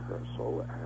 rehearsal